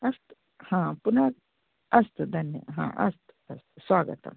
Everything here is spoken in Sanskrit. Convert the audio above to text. अस्तु पुनः अस्तु धन्यवादः स्वागतम्